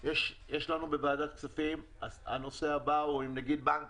הישיבה הבאה בוועדת כספים היא עם נגיד בנק